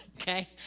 Okay